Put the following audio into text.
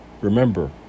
Remember